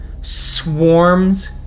swarms